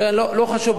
לא חשוב,